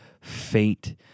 faint